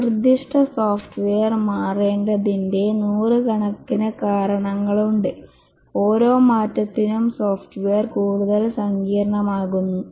ഒരു നിർദ്ദിഷ്ട സോഫ്റ്റ്വെയർ മാറേണ്ടതിന്റെ നൂറുകണക്കിന് കാരണങ്ങളുണ്ട് ഓരോ മാറ്റത്തിനും സോഫ്റ്റ്വെയർ കൂടുതൽ സങ്കീർണ്ണമാകും